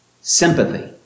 sympathy